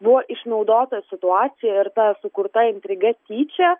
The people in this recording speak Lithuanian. buvo išnaudota situacija ir ta sukurta intriga tyčia